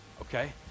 okay